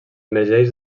emergeix